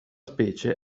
specie